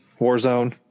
Warzone